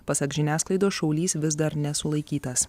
pasak žiniasklaidos šaulys vis dar nesulaikytas